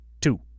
two